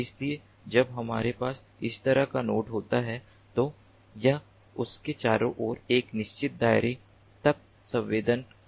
इसलिए जब हमारे पास इस तरह का नोड होता है तो यह उसके चारों ओर एक निश्चित दायरे तक संवेदन कर सकता है